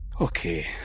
okay